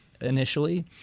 initially